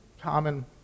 common